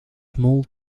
small